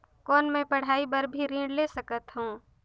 कौन मै पढ़ाई बर भी ऋण ले सकत हो?